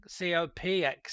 COPX